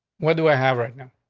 what do i have right now?